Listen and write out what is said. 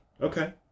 Okay